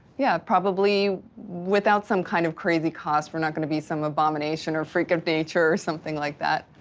yeah, probably without some kind of crazy cause for not gonna be some abomination or freak of nature or something like that.